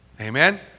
Amen